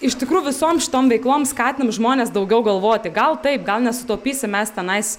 iš tikrųjų visom šitom veiklom skatinam žmones daugiau galvoti gal taip gal nesutaupysim mes tenais